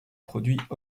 produits